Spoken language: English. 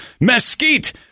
mesquite